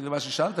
למה ששאלת,